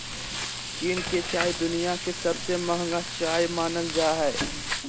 चीन के चाय दुनिया के सबसे महंगा चाय मानल जा हय